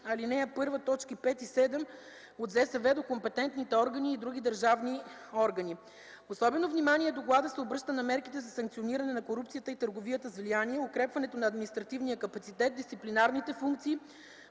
за съдебната власт до компетентните съдебни и други държавни органи. Особено внимание в доклада се обръща на мерките за санкциониране на корупцията и търговия с влияние, укрепването на административния капацитет, дисциплинарните функции,